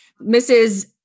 Mrs